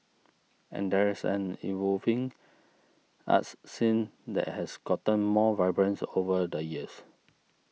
and there is an evolving arts scene that has gotten more vibrancy over the years